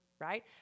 right